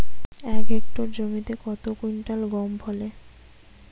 এক হেক্টর জমিতে কত কুইন্টাল গম ফলে?